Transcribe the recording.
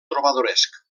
trobadoresc